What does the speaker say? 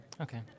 Okay